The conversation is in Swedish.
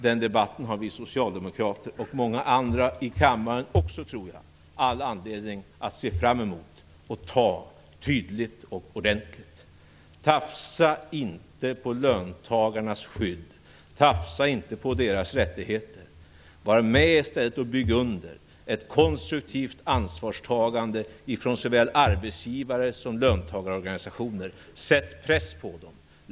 Den debatten har vi socialdemokrater och många andra här i kammaren all anledning att se fram emot och föra tydligt och ordentligt. Tafsa inte på löntagarnas skydd och deras rättigheter! Var i stället med och bygg under ett konstruktivt ansvarstagande ifrån såväl arbetsgivare som löntagarorganisationer. Sätt press på dem!